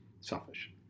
selfish